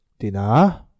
Tina